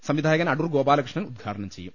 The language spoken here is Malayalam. സംവിധായകൻ അടൂർഗോപാല്കൃഷ്ണൻ ഉദ്ഘാടനം ചെയ്യും